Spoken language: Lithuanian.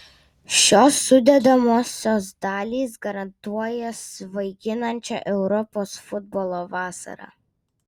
šios sudedamosios dalys garantuoja svaiginančią europos futbolo vasarą